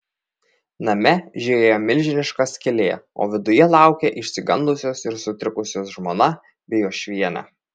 name žiojėjo milžiniška skylė o viduje laukė išsigandusios ir sutrikusios žmona bei uošvienė